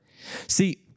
See